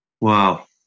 Wow